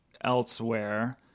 elsewhere